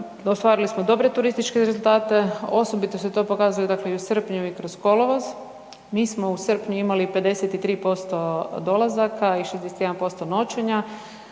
ostvarili smo dobre turističke rezultate, osobito se to pokazalo i u srpnju i kroz kolovoz. Mi smo u srpnju imali 53% dolazaka i 61% noćenja,